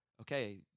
okay